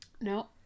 No